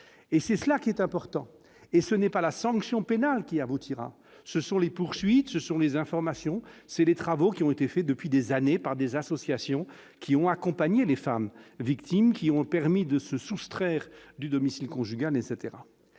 et c'est cela qui est important et ce n'est pas la sanction pénale qui aboutira, ce sont les poursuites, ce sont les informations, c'est les travaux qui ont été faits depuis des années par des associations qui ont accompagné les femmes victimes qui ont permis de se soustraire du domicile conjugal, etc,